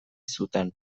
zuten